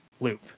loop